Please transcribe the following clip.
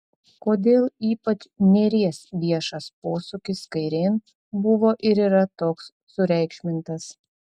kodėl ypač nėries viešas posūkis kairėn buvo ir yra toks sureikšmintas